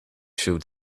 showed